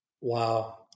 Wow